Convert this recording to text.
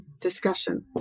discussion